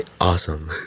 awesome